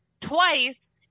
twice